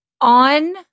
On